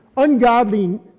ungodly